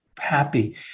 happy